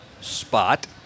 Spot